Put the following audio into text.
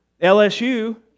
LSU